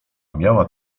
miała